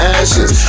ashes